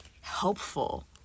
helpful